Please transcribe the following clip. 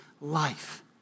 life